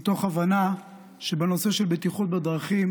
מתוך הבנה שבנושא של בטיחות בדרכים